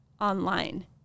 online